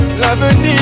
L'avenir